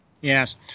Yes